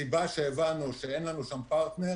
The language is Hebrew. מהסיבה שהבנו שאין לנו שם פרטנר